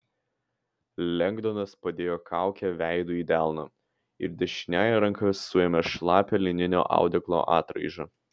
lengdonas padėjo kaukę veidu į delną ir dešiniąja ranka suėmė šlapią lininio audeklo atraižą